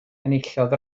enillodd